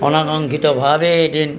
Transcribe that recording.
অনাকাংক্ষিতভাৱে এদিন